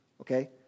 Okay